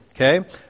okay